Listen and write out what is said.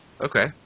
Okay